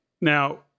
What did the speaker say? Now